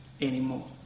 anymore